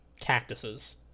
Cactuses